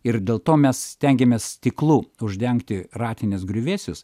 ir dėl to mes stengiamės stiklu uždengti ratinės griuvėsius